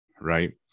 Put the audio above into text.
Right